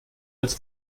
als